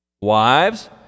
Wives